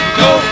go